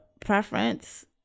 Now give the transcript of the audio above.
preference